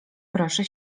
proszę